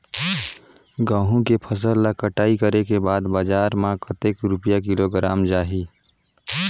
गंहू के फसल ला कटाई करे के बाद बजार मा कतेक रुपिया किलोग्राम जाही?